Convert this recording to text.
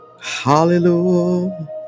Hallelujah